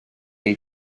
gei